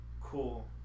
cool